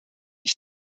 ich